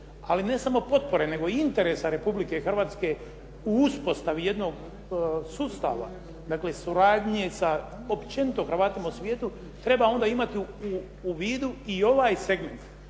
ali ne samo potpore nego i interesa Republike Hrvatske u uspostavi jednog sustava. Dakle, suradnje sa općenito Hrvatima u svijetu, treba onda imati u vidu i ovaj segment.